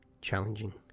challenging